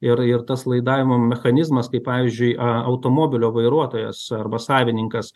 ir ir tas laidavimo mechanizmas kai pavyzdžiui a automobilio vairuotojas arba savininkas